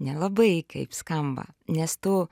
nelabai kaip skamba nes tu